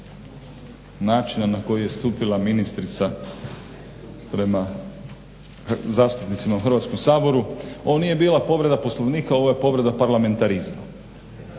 načina koji je stupila ministrica prema zastupnicima u Hrvatskom saboru. Ovo nije bila povreda poslovnika, ovo je povreda parlamentarizma.